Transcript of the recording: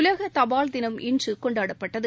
உலகதபால் தினம் இன்றுகொண்டாடப்பட்டது